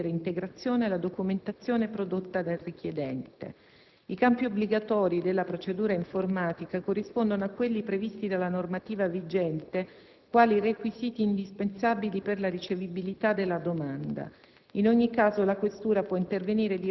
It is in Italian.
La stessa questura, inoltre, può richiedere integrazioni alla documentazione prodotta dal richiedente. I campi obbligatori della procedura informatica corrispondono a quelli previsti dalla normativa vigente quali requisiti indispensabili per la ricevibilità della domanda.